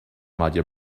madhya